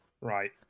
Right